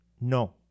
No